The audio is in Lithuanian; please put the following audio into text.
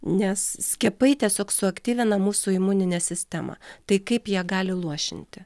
nes skiepai tiesiog suaktyvina mūsų imuninę sistemą tai kaip jie gali luošinti